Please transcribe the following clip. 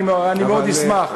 אני מאוד אשמח.